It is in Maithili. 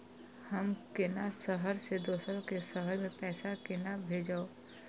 हम केना शहर से दोसर के शहर मैं पैसा केना भेजव?